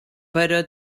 però